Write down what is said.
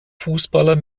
fußballer